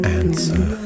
answer